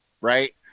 right